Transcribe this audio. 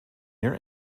your